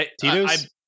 Tito's